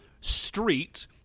street –